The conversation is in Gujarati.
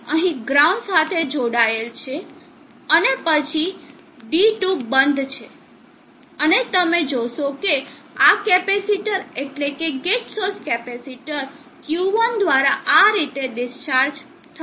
અને આ R3 અહીં ગ્રાઉન્ડ સાથે જોડાયેલ છે અને પછી D2 બંધ છે અને તમે જોશો કે આ કેપેસિટર એટલે કે ગેટ સોર્સ કેપેસિટર Q1 દ્વારા આ રીતે ડિસ્ચાર્જ થશે